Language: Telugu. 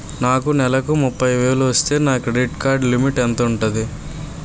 నాకు నెలకు ముప్పై వేలు వస్తే నా క్రెడిట్ కార్డ్ లిమిట్ ఎంత ఉంటాది?